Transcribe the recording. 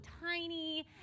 tiny